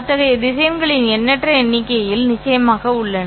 அத்தகைய திசையன்களின் எண்ணற்ற எண்ணிக்கையில் நிச்சயமாக உள்ளன